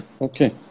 Okay